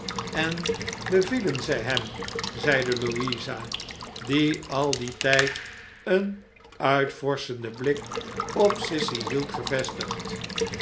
en bevielen zij hem zeide louisa die al dien tijd een uitvorschenden blik op sissy hield gevestigd